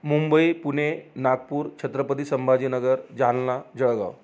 Mumbai Pune Nagpur Chhatrapati Sambhajinagar Jalna Jalgaon